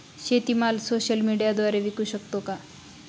शेतीमाल सोशल मीडियाद्वारे विकू शकतो का?